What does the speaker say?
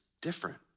different